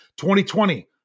2020